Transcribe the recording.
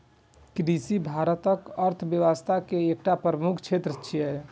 कृषि भारतक अर्थव्यवस्था के एकटा प्रमुख क्षेत्र छियै